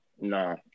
No